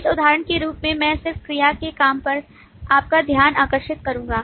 एक उदाहरण के रूप में मैं सिर्फ क्रिया के काम पर आपका ध्यान आकर्षित करूंगा